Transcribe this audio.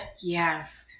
Yes